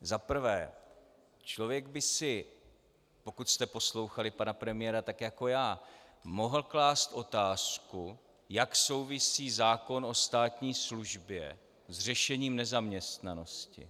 Za prvé, člověk by si pokud jste poslouchali pana premiéra tak jako já mohl klást otázku, jak souvisí zákon o státní službě s řešením nezaměstnanosti.